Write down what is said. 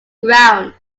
ground